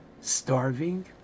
starving